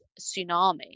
tsunami